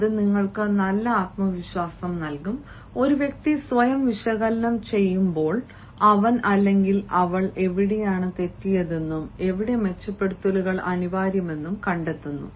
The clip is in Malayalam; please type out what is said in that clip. അത് നിങ്ങൾക്ക് നല്ല ആത്മവിശ്വാസം നൽകും ഒരു വ്യക്തി സ്വയം വിശകലനം ചെയ്യുമ്പോൾ അവൻ അല്ലെങ്കിൽ അവൾ എവിടെയാണ് തെറ്റെന്നും എവിടെ മെച്ചപ്പെടുത്തലുകൾ അനിവാര്യമാണെന്നും കണ്ടെത്തുന്നു